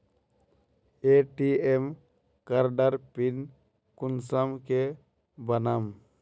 ATM कार्डेर pin कुंसम के बनाम?